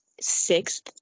sixth